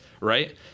right